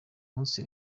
munsi